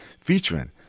featuring